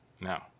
Now